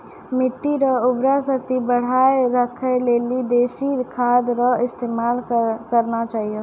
मिट्टी रो उर्वरा शक्ति बढ़ाएं राखै लेली देशी खाद रो इस्तेमाल करना चाहियो